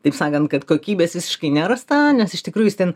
taip sakant kad kokybės visiškai nerasta nes iš tikrųjų jis ten